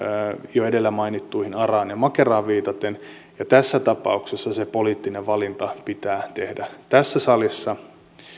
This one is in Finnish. jo edellä mainittuihin araan ja makeraan viitaten ja tässä tapauksessa se poliittinen valinta pitää tehdä tässä salissa